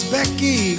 Becky